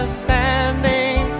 standing